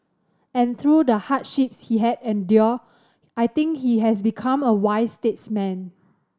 and through the hardship he had endure I think he has become a wise statesman